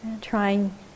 trying